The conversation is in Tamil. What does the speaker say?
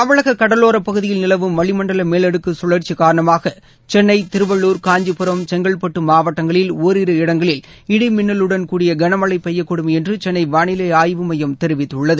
தமிழக கடலோர பகுதியில் நிலவும் வளிமண்டல மேலடுக்கு கழற்சி காரணமாக சென்னை திருவள்ளர் காஞ்சிபுரம் செங்கல்பட்டு மாவட்டங்களில் ஒரிரு இடங்களில் இடி மின்னலுடன் கூடிய கனமழை பெய்யக்கூடும் என்று சென்னை வானிலை ஆய்வுமையம் தெரிவித்துள்ளது